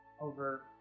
Over